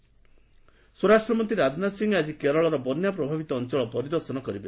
ରାଜନାଥ କେରଳ ସ୍ୱରାଷ୍ଟ୍ର ମନ୍ତ୍ରୀ ରାଜନାଥ ସିଂହ ଆଜି କେରଳର ବନ୍ୟା ପ୍ରଭାବିତ ଅଞ୍ଚଳ ପରିଦର୍ଶନ କରିବେ